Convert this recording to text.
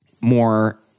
more